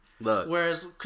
whereas